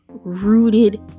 rooted